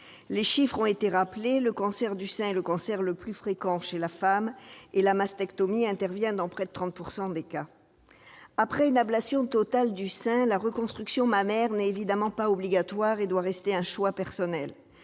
Les chiffres ont été rappelés : le cancer du sein est le cancer le plus fréquent chez la femme et la mastectomie intervient dans près de 30 % des cas. Après une ablation totale du sein, la reconstruction mammaire n'est évidemment pas obligatoire et doit rester un choix personnel.